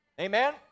Amen